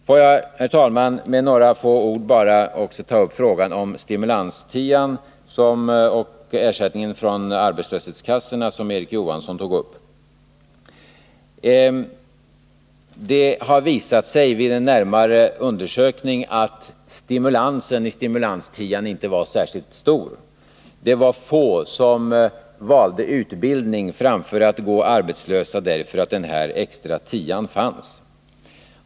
Får jag, herr talman, med några få ord också ta upp frågan om stimulanstian och ersättningen från arbetslöshetskassorna, som Erik Johansson tog upp. Det har visat sig vid en närmare undersökning att stimulansmomentet i stimulanstian inte var särskilt stort. Det var få som därför att den här extra tian fanns valde utbildning framför att gå arbetslösa.